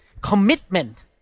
commitment